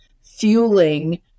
fueling